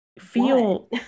feel